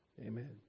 Amen